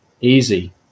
easy